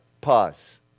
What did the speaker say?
Pause